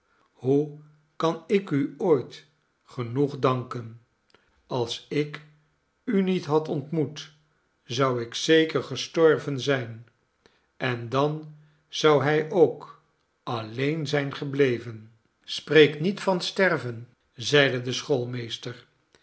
hoe kan ik u ooit genoeg danken als ik u niet had ontmoet zou ik zeker gestorven zijn en dan zou hij ook alleen zijn gebleven spreek niet van sterven zeide de